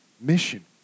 mission